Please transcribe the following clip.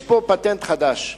יש פה פטנט חדש.